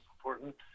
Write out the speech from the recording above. important